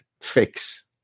fix